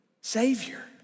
Savior